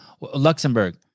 Luxembourg